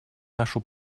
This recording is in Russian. нашу